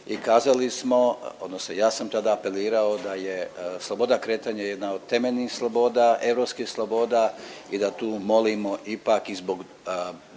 i kazali smo, odnosno ja sam tada apelirao da je sloboda kretanja jedna od temeljnih sloboda, europskih sloboda i da tu molimo ipak i zbog